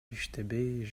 иштебей